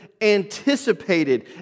anticipated